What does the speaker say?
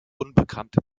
unbekannte